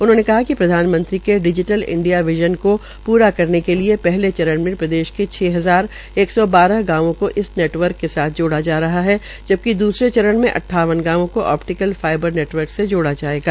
उन्होंने कहा कि प्रधानमंत्री के डिजीटल इंडिया विज़न को पूरा करने के लिए पहले चरण में प्रदेश के छ हजार एक सौ बारह गांवों को इस नेटवर्क के साथ जोड़ा जा रहा है जबकि दूसरे चरण में अद्वावन गांवों को ओपटिकल नेटवर्क से जोड़ा जायेगा